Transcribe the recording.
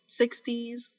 60s